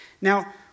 Now